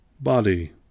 body